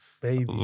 Baby